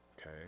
Okay